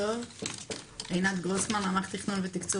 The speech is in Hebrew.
שמי עינת גרוסמן, מערך תכנון ותקציב